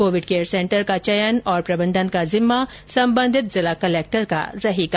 Covid care centre का चयन और प्रबंधन का जिम्मा संबंधित जिला कलक्टर का रहेगा